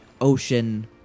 ocean